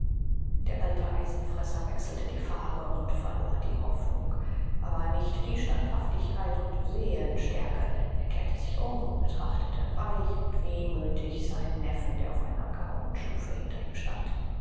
der alte eisenfresser wechselte die farbe und verlor die hoffnung aber nicht die standhaftigkeit und seelenstärke er kehrte sich um und betrachtete weich und wehmütig seinen neffen der auf einer gehauenen stufe unter ihm stand